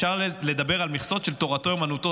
אפשר לדבר על מכסות של תורתו אומנותו.